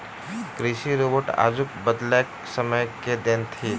कृषि रोबोट आजुक बदलैत समय के देन थीक